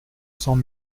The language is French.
cents